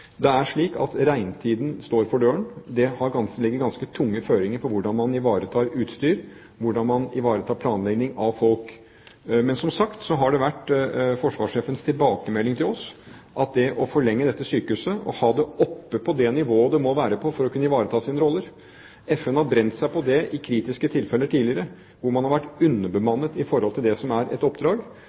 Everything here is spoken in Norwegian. Det er slik at regntiden står for døren. Det legger ganske tunge føringer for hvordan man ivaretar utstyr, hvordan man ivaretar planlegging med hensyn til folk. Men som sagt har forsvarssjefens tilbakemelding til oss vært at når det gjelder det å forlenge oppdraget med dette sykehuset, ha det oppe på det nivået det må være for å ivareta sin rolle – FN har brent seg på det i kritiske tilfeller tidligere, hvor man har vært underbemannet i forhold til det som er et oppdrag